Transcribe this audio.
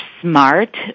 smart